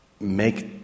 Make